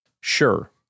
sure